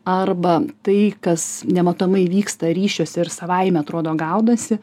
arba tai kas nematomai vyksta ryšiuose ir savaime atrodo gaudosi